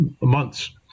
months